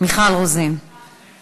לרשותך 40 דקות.